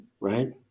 right